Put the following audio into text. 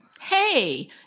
Hey